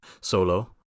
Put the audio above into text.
Solo